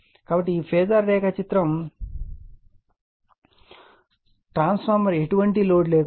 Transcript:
కాబట్టి ఈ ఫేజార్ రేఖాచిత్రం ట్రాన్స్ఫార్మర్ ఎటువంటి లోడ్ లేకుండా